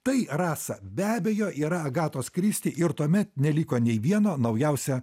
tai rasa be abejo yra agatos kristi ir tuomet neliko nei vieno naujausia